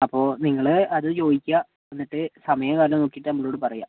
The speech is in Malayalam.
അപ്പോൾ നിങ്ങൾ അത് ചോദിക്കുക എന്നിട്ട് സമയവും കാലവും നോക്കിയിട്ട് നമ്മളോട് പറയുക